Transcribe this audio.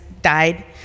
died